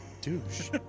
douche